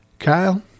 Kyle